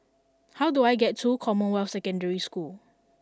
how do I get to Commonwealth Secondary School